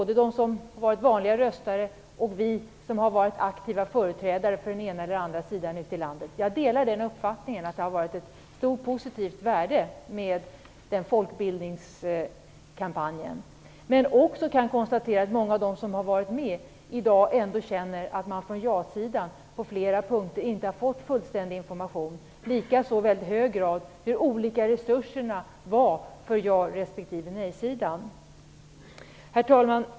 Det gäller både de vanliga valdeltagarna och oss som har varit aktiva företrädare för den ena eller andra sidan ute i landet. Jag delar uppfattningen att det har varit ett stort positivt värde med den folkbildningskampanjen. Jag kan också konstatera att många av dem som har varit med känner att de på flera punkter inte har fått fullständig information från jasidan. Likaså har resurserna varit olika för ja respektive nejsidan. Herr talman!